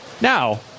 Now